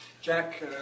Jack